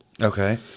Okay